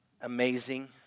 amazing